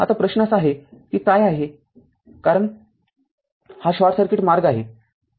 आता प्रश्न असा आहे की isc काय आहे कारण हा शॉर्ट सर्किट मार्ग आहे